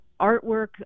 artwork